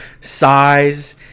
size